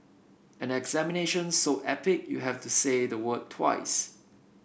an examination so epic you have to say the word twice